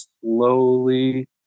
slowly